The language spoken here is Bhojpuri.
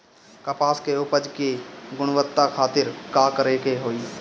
कपास के उपज की गुणवत्ता खातिर का करेके होई?